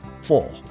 four